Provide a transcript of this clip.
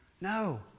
No